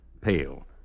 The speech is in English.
pale